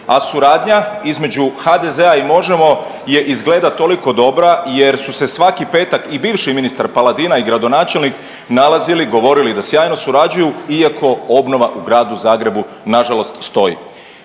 a suradnja između HDZ-a i Možemo je izgleda toliko dobra jer su se svaki petak i bivši ministar Paladina i gradonačelnik nalazili i govorili da sjajno surađuju iako obnova u gradu Zagrebu nažalost stoji.